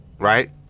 Right